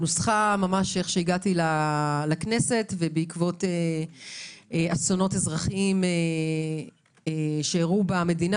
נוסחה ממש איך שהגעתי לכנסת ובעקבות אסונות אזרחים שאירעו במדינה